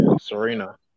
Serena